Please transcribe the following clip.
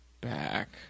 back